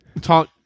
talk